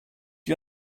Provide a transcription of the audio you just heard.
you